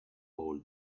all